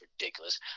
ridiculous